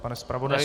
Pane zpravodaji?